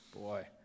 Boy